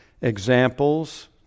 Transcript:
examples